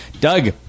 Doug